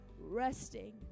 resting